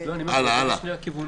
אני אומר שזה בא לשני הכיוונים.